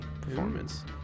performance